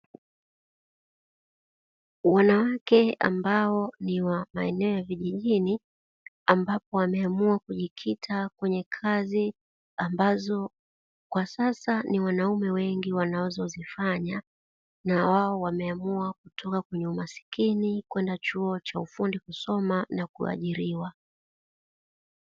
Wanawake ambao ni wamaeneo ya vijijini, ambapo wameamua kijilita kwenye kazi ambazo kwasasa ni wanaume wengi wanazo zifanya na wao wameamua kutoka kwenye umasikini kwenda chuo cha ufundi kusoma na kuajiriwa